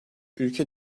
ülke